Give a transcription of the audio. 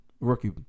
Rookie